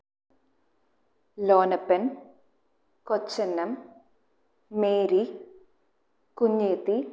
Lonappan Kochannam Mary Kunjethi